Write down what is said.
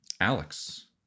Alex